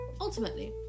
Ultimately